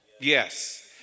yes